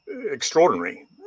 extraordinary